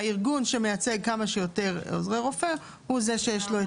הארגון שמייצג כמה שיותר עוזרי רופא הוא זה שיש לו.